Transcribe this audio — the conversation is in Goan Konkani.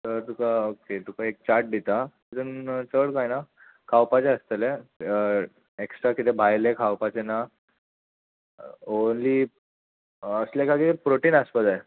तर तुका ओके तुका एक चार्ट दिता तितून चड कांय ना खावपाचें आसतलें एक्स्ट्रा कितें भायले खावपाचें ना ओन्ली असले खातीर प्रोटीन आसपा जाय